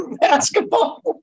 basketball